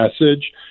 message